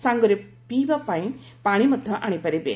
ସାଙ୍ଗରେ ପିଇବା ପାଣି ମଧ୍ୟ ଆଶିପାରିବେ